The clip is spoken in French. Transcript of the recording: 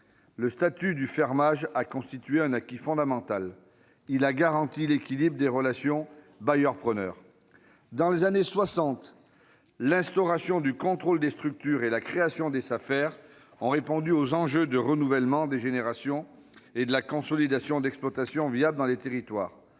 le statut du fermage a garanti l'équilibre des relations bailleurs-preneurs. Dans les années 1960, l'instauration du contrôle des structures et la création des Safer ont répondu aux enjeux de renouvellement des générations et de consolidation d'exploitations viables dans les territoires.